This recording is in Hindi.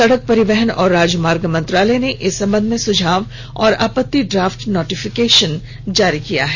सड़क परिवहन और राजमार्ग मंत्रालय ने इस संबध में सुझाव और आपति ड्राफ्ट नाटिफिकेशन जारी किया है